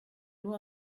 nur